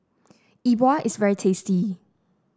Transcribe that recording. E Bua is very tasty